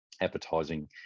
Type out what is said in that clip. advertising